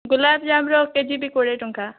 ଗୁଲାପଯାମର KG ବି କୋଡ଼ିଏ ଟଙ୍କା